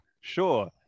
sure